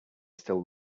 still